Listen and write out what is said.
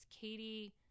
Katie